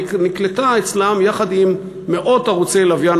ונקלטה אצלם יחד עם מאות ערוצי לוויין